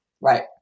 Right